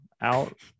out